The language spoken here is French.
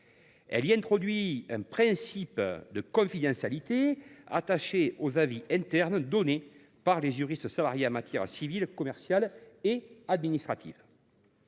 notre droit un principe de confidentialité attaché aux avis internes émis par les juristes salariés en matière civile, commerciale et administrative.